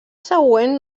següent